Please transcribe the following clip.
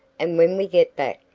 and when we get back,